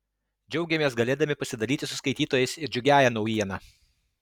džiaugiamės galėdami pasidalyti su skaitytojais ir džiugiąja naujiena